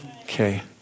Okay